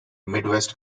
midwest